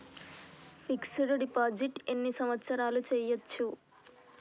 Fix డ్ deposit ఎన్ని సంవత్సరాలు చేయచ్చు?